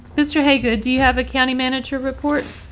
mr. hager. do you have a county manager report?